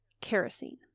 Kerosene